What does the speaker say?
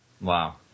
Wow